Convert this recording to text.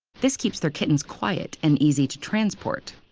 this keeps their kittens quiet and easy to transport.